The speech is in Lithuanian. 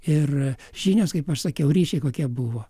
ir žinios kaip aš sakiau ryšiai kokie buvo